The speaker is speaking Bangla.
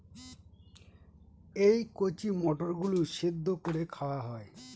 এই কচি মটর গুলো সেদ্ধ করে খাওয়া হয়